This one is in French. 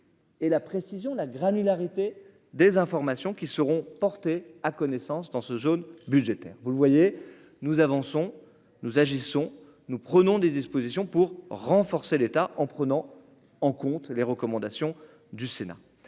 et la précision, la granularité des informations qui seront portés à connaissance dans ce jaune budgétaire, vous le voyez, nous avançons, nous agissons, nous prenons des expositions pour renforcer l'État en prenant en compte les recommandations du Sénat